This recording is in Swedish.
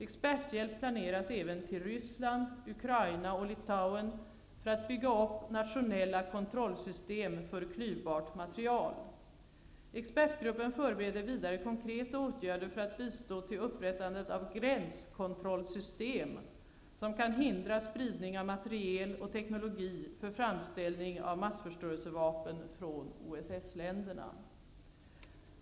Experthjälp planeras även till Ryssland, Ukraina och Litauen för att bygga upp nationella kontrollsystem för klyvbart material. Expertgruppen förbereder vidare konkreta åtgärder för att bistå till upprättandet av gränskontrollsystem som kan hindra spridning av materiel och teknologi för framställning av massförstörelsevapen från OSS-länderna.